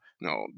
No